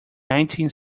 nineteen